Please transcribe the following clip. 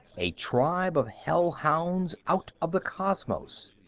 a tribe of hellhounds out of the cosmos.